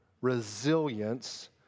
resilience